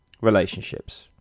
Relationships